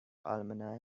alumni